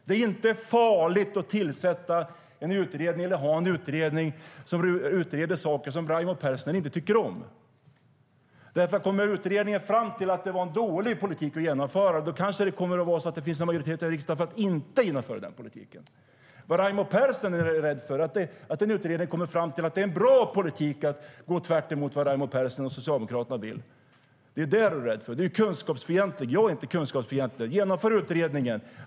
Det är inte farligt att ha en utredning som utreder saker som Raimo Pärssinen inte tycker om. Kommer utredningen fram till att det är en dålig politik att genomföra blir det kanske en majoritet i riksdagen för att inte genomföra denna politik. Du är kunskapsfientlig, Raimo Pärssinen. Jag är inte kunskapsfientlig. Genomför utredningen!